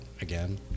again